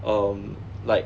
um like